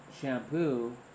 shampoo